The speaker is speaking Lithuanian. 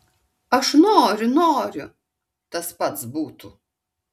aš noriu noriu tas pats būtų